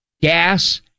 gas